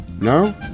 No